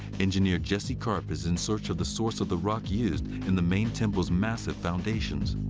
engineer jesse karp is in search of the source of the rock used in the main temple's massive foundations.